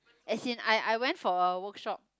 as in I I went for a workshop